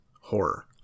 horror